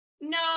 No